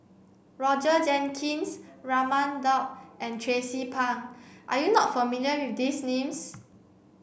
Roger Jenkins Raman Daud and Tracie Pang are you not familiar with these names